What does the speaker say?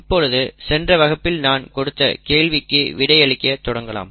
இப்பொழுது சென்ற வகுப்பில் நான் கொடுத்த கேள்விக்கு விடை அளிக்க தொடங்கலாம்